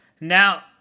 now